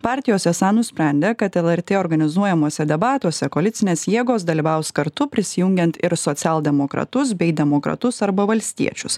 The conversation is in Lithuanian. partijos esą nusprendė kad lrt organizuojamuose debatuose koalicinės jėgos dalyvaus kartu prisijungiant ir socialdemokratus bei demokratus arba valstiečius